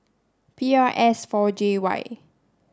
P R S four J Y